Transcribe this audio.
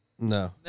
No